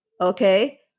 Okay